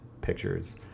pictures